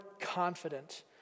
confident